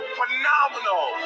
phenomenal